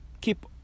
keep